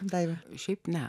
daiva šiaip ne